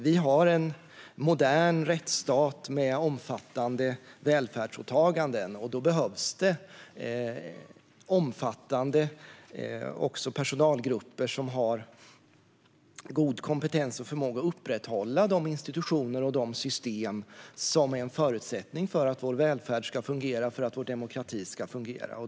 Vi har en modern rättsstat med omfattande välfärdsåtaganden. Då behövs det omfattande personalgrupper som har god kompetens och förmåga att upprätthålla de institutioner och de system som är en förutsättning för att vår välfärd ska fungera och för att vår demokrati ska fungera.